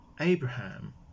abraham